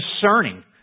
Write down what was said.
discerning